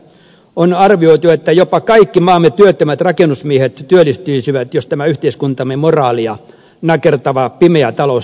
on arvioitu että jopa kaikki maamme työttömät rakennusmiehet työllistyisivät jos tämä yhteiskuntamme moraalia nakertava pimeä talous saataisiin poistettua